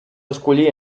escollir